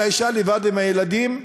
האישה לבד עם הילדים,